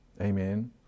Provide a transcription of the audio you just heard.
Amen